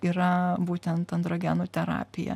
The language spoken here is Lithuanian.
yra būtent androgenų terapija